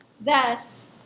Thus